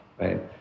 right